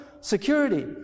security